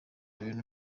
ibintu